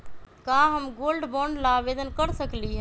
का हम gold bond ला आवेदन कर सकली ह?